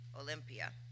Olympia